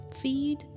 Feed